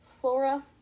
Flora